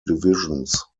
divisions